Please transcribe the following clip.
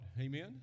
Amen